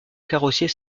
carrossier